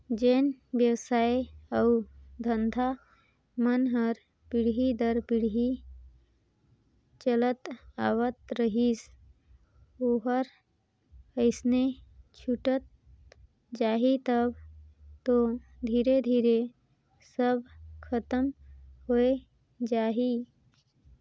जेन बेवसाय अउ धंधा मन हर पीढ़ी दर पीढ़ी चलत आवत रहिस ओहर अइसने छूटत जाही तब तो धीरे धीरे सब खतम होए जाही